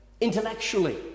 Intellectually